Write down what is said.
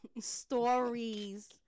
stories